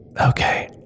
Okay